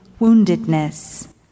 woundedness